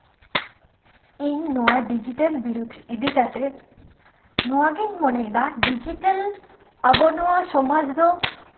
ᱤᱧ ᱱᱚᱣᱟ ᱰᱤᱡᱤᱴᱟᱞ ᱵᱤᱨᱩᱫ ᱤᱫᱤ ᱠᱟᱛᱮᱜ ᱱᱚᱣᱟ ᱜᱤᱧ ᱢᱚᱱᱮᱭᱮᱫᱟ ᱰᱤᱡᱤᱴᱮᱞ ᱟᱵᱚ ᱱᱚᱣᱟ ᱥᱚᱢᱟᱡᱽ ᱫᱚ